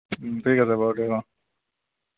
ঠিক আছে বাৰু অঁ